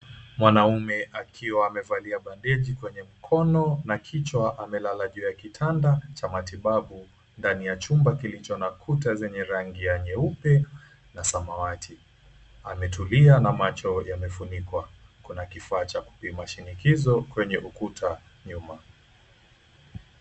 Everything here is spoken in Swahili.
Mwanaume akiwa amevalia bandeji kwenye mkono na kichwa amelala juu ya kitanda cha matibabu ndani ya chumba kilicho na kuta zenye rangi ya nyeupe na samawati ametulia na macho yamefunikwa kuna kifaa cha kupima shinikizo kwenye ukuta nyuma.